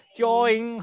join